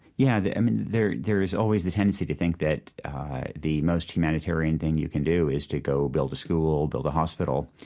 yeah. i mean, there there is always the tendency to think that the most humanitarian thing you can do is to go build a school, build a hospital.